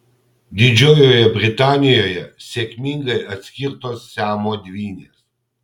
didžiojoje britanijoje sėkmingai atskirtos siamo dvynės